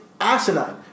asinine